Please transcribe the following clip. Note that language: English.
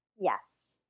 Yes